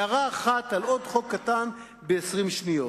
ב-20 שניות,